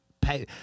pay